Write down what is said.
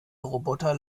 roboter